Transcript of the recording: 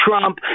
Trump